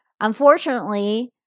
Unfortunately